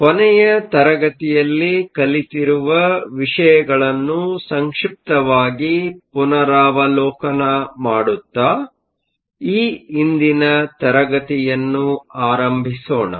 ಕೊನೆಯ ತರಗತಿಯಲ್ಲಿ ಕಲಿತಿರುವ ವಿಷಯಗಳನ್ನು ಸಂಕ್ಷಿಪ್ತವಾಗಿ ಪುನರಾವಲೋಕನ ಮಾಡುತ್ತಾ ಈ ಇಂದಿನ ತರಗತಿಯನ್ನು ಆರಂಭಿಸೋಣ